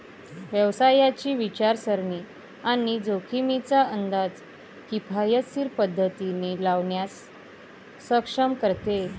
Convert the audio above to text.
व्यवसायाची विचारसरणी आणि जोखमींचा अंदाज किफायतशीर पद्धतीने लावण्यास सक्षम करते